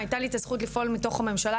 הייתה לי את הזכות לפעול מתוך הממשלה,